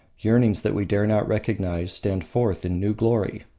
yearnings that we dare not recognise, stand forth in new glory.